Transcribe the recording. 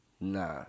Nah